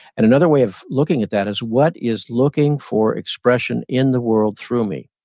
and another way of looking at that is what is looking for expression in the world through me?